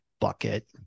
bucket